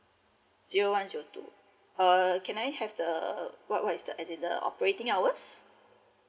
zero one zero two uh can I have the what what is the as in the operating hours